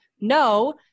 no